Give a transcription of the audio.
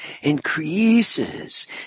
increases